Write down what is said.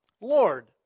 Lord